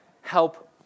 help